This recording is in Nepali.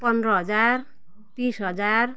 पन्ध्र हजार तिस हजार